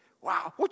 Wow